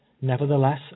Nevertheless